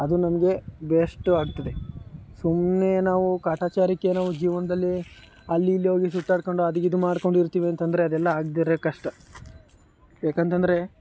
ಅದು ನಮಗೆ ಬೇಸ್ಟು ಆಗ್ತದೆ ಸುಮ್ಮನೆ ನಾವೂ ಕಾಟಾಚಾರಕ್ಕೆ ಏನೊ ಜೀವನದಲ್ಲಿ ಅಲ್ಲಿ ಇಲ್ಲಿ ಹೋಗಿ ಸುತ್ತಾಡಿಕೊಂಡು ಅದು ಇದು ಮಾಡಿಕೊಂಡು ಇರ್ತೀವಿ ಅಂತ ಅಂದ್ರೆ ಅದೆಲ್ಲ ಆಗದೇ ಇರೋ ಕಷ್ಟ ಯಾಕಂತ ಅಂದ್ರೆ